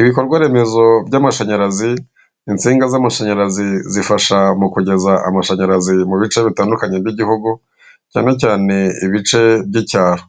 Ibikorwa remezo by'amashanyarazi, insinga z'amashanyarazi zifasha mu kugeza amashanyarazi mu bice bitandukanye, by'igihugu cyane cyane ibice by'icyaro.